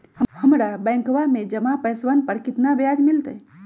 हम्मरा बैंकवा में जमा पैसवन पर कितना ब्याज मिलतय?